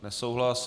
Nesouhlas.